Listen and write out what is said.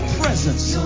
presence